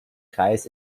kreis